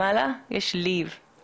לרצון לסייע למציאות הזאת להשתנות ולהשתפר.